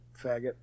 faggot